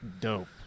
dope